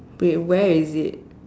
wait where is it